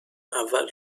اول